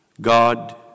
God